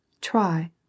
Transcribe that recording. Try